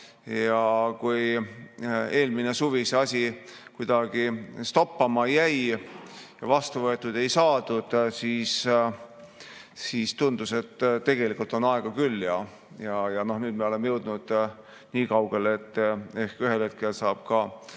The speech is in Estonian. Kui eelmine suvi see asi kuidagi stoppama jäi, vastu võetud ei saadud, siis tundus, et tegelikult on aega küll. Aga nüüd me oleme jõudnud niikaugele, et ehk ühel hetkel saab